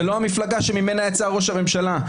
זה לא המפלגה ממנה יצא ראש הממשלה.